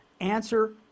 answer